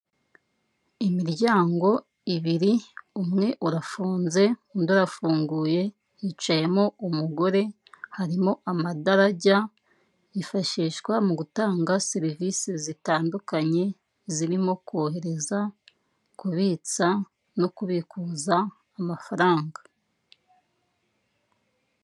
Imiryango ibiri, umwe urafunze, undi arafunguye hicayemo umugore, harimo amadarajya yifashishwa mu gutanga serivisi zitandukanye, zirimo kohereza, kubitsa no kubikuza amafaranga.